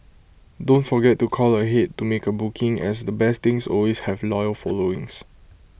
don't forget to call ahead to make A booking as the best things always have loyal followings